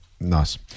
nice